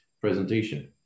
presentation